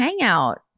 hangout